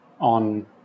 on